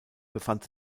befand